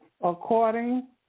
according